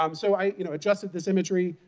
um so i you know adjusted this imagery,